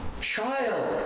Child